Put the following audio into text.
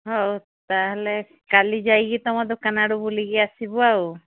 ହଉ ତାହେଲେ କାଲି ଯାଇକି ତୁମ ଦୋକାନ ଆଡ଼ୁ ବୁଲିକି ଆସିବୁ ଆଉ